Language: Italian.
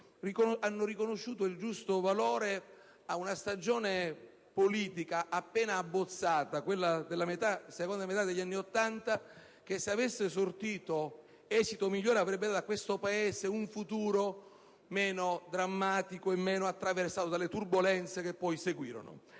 da riconoscere il giusto valore ad una stagione politica appena abbozzata, quella della seconda metà degli anni Ottanta che, se avesse sortito esito migliore, avrebbe dato a questo Paese un futuro meno drammatico e meno attraversato dalle turbolenze che poi seguirono.